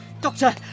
Doctor